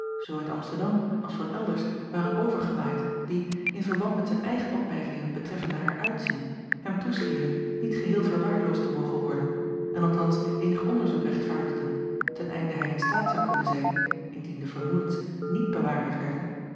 zoo uit msterdam als van elders waren overgewaaid die in verband met zijn eigen opmerkingen betreffende haar uitzien hem toeschenen niet geheel verwaarloosd te mogen worden en althans eenig onderzoek rechtvaardigden ten einde hij in staat zou kunnen zijn indien de vermoedens niet bewaarheid werden